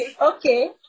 okay